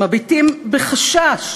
מביטים בחשש